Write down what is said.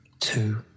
Two